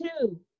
two